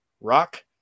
Rock